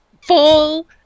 full